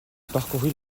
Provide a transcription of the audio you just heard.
parcourut